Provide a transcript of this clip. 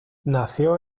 nació